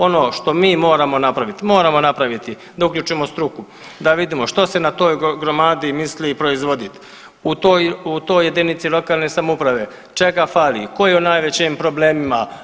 Ono što mi moramo napravit, moramo napraviti da uključimo struku, da vidimo što se na toj gromadi misli proizvoditi toj jedinici lokalne samouprave čega fali, ko je u najvećim problemima.